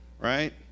right